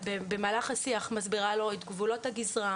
במהלך השיח מסבירה לו את גבולות הגזרה,